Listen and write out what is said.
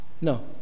No